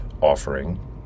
offering